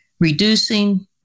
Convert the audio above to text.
reducing